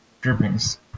drippings